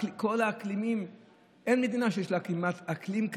כמעט שאין מדינה שיש לה אקלים כזה,